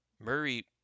Murray